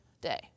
day